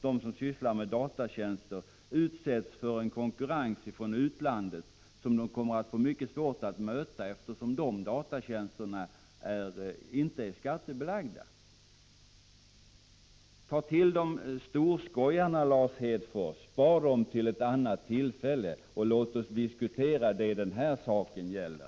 De som sysslar med datatjänster utsätts för en konkurrens från utlandet som det kommer att vara mycket svårt att möta, eftersom de utländska datatjänsterna inte är skattebelagda. Sparstorskojarna, Lars Hedfors, till ett annat tillfälle! Låt oss nu diskutera det saken gäller.